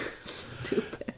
Stupid